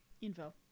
info